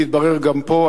תתברר גם פה.